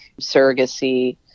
surrogacy